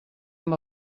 amb